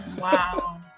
Wow